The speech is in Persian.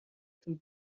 تون